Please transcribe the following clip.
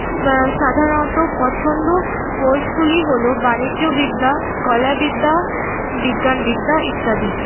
বা সাধারণত পছন্দ কোর্সগুলি হল বাণিজ্য বিদ্যা কলা বিদ্যা বিজ্ঞান বিদ্যা ইত্যাদি